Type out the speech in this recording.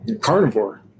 carnivore